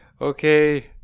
Okay